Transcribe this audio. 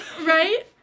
Right